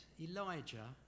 Elijah